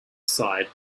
side